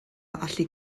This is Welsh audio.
allu